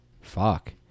Fuck